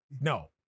no